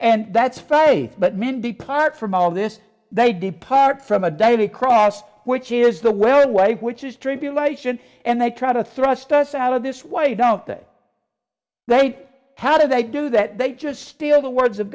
and that's fine but men depart from all this they depart from a daily cross which is the well way which is tribulation and they try to thrust us out of this why don't they hey how do they do that they just steal the words